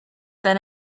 than